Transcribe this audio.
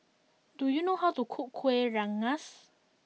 do you know how to cook Kuih Rengas